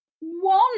one